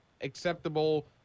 acceptable